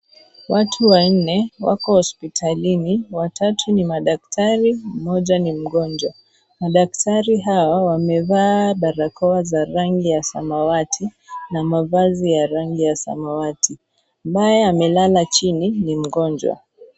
Watu wanne wako hospitalini watatu ni madaktari mmoja ni mgonjwa, madaktari hawo wamevaa barakoa za rangi ya samawati na mavazi ya rangi ya samawati naye amelala chini ni mgonjwa.